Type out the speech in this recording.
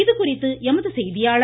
இது குறித்து எமது செய்தியாளர்